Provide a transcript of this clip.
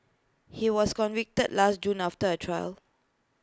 he was convicted last June after A trial